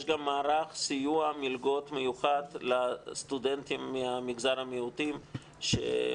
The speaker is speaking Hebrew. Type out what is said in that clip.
יש גם מערך סיוע מלגות מיוחד לסטודנטים ממגזר המיעוטים שמופעל.